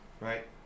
Right